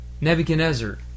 Nebuchadnezzar